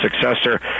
successor